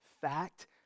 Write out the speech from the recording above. fact